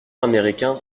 américain